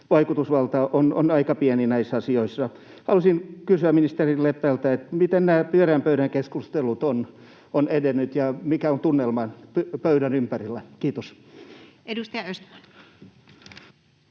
vaikutusvalta on aika pieni näissä asioissa. Haluaisin kysyä ministeri Lepältä: miten pyöreän pöydät keskustelut ovat edenneet, ja mikä on tunnelma pöydän ympärillä? — Kiitos. [Speech 448]